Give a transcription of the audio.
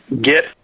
get